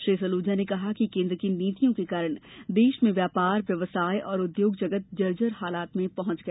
श्री सल्जा ने कहा कि केन्द्र की नीतियों के कारण देश में व्यापार व्यवसाय और उद्योग जगत जर्जर हालत में पहुॅच गया